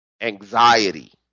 anxiety